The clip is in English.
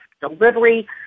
delivery